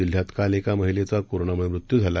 जिल्ह्यात काल एका महिलद्वी कोरोनामुळमृत्यू झाला